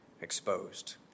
exposed